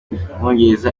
umwongereza